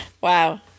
Wow